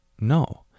No